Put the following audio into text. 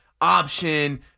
option